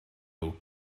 nhw